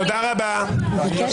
תודה רבה, תודה רבה.